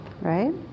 right